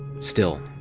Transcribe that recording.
still,